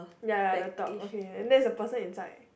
ya the top okay there's a person inside